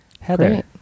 heather